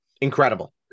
incredible